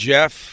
Jeff